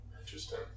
Interesting